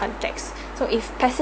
so if